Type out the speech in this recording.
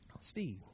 Steve